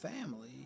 family